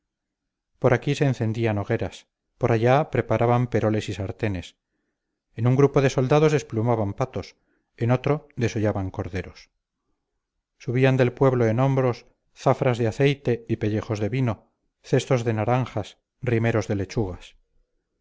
por aquí se encendían hogueras por allá preparaban peroles y sartenes en un grupo de soldados desplumaban patos en otro desollaban corderos subían del pueblo en hombros zafras de aceite y pellejos de vino cestos de naranjas rimeros de lechugas